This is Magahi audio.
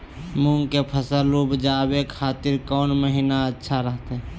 मूंग के फसल उवजावे खातिर कौन महीना अच्छा रहतय?